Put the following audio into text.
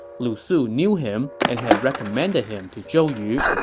lu su knew him and had recommended him to zhou yu.